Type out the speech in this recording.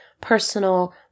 personal